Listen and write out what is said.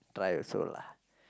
try also lah